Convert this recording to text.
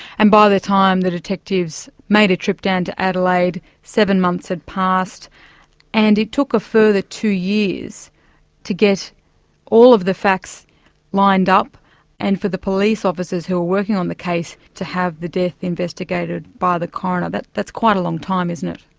and by the time the detectives made a trip down to adelaide, seven months had passed and it took a further two years to get all of the facts lined up and for the police officers who were working on the case, to have the death investigated by the coroner. that's quite a long time, isn't it?